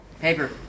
Paper